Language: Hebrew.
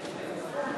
שקט, שקט